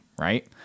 right